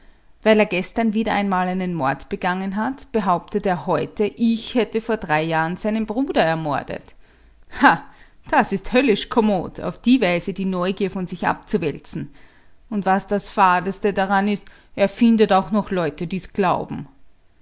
weil er gestern wieder einmal einen mord begangen hat behauptet er heute ich hätte vor drei jahren seinen bruder ermordet ha das is höllisch kommod auf die weise die neugier von sich abzuwälzen und was das fadeste daran is er findet auch noch leute die's glauben